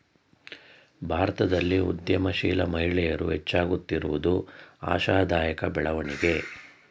ಭಾರತದಲ್ಲಿ ಉದ್ಯಮಶೀಲ ಮಹಿಳೆಯರು ಹೆಚ್ಚಾಗುತ್ತಿರುವುದು ಆಶಾದಾಯಕ ಬೆಳವಣಿಗೆ